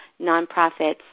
nonprofits